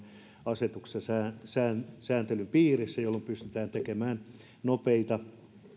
asetuksessa sääntelyn sääntelyn piirissä jolloin pystytään tekemään nopeita